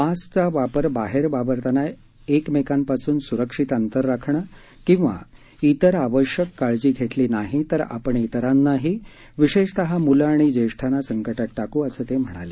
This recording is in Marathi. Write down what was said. मास्क चा वापर बाहेर वावरताना एकमेकांपासून सुरक्षित अंतर राखणं किंवा अन्य आवश्यक काळजी घेतली नाही तर आपण इतरांनाही विशेषतः मुलं आणि ज्येष्ठांना संकटात टाकू असं ते म्हणाले